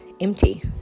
empty